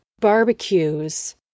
barbecues